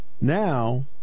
Now